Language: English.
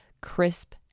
crisp